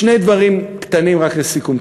שני דברים קטנים רק לסיכום,